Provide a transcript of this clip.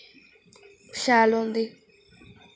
शैल होंदी